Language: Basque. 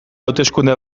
hauteskunde